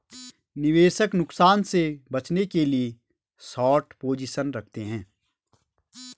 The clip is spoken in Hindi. निवेशक नुकसान से बचने के लिए शार्ट पोजीशन रखते है